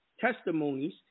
testimonies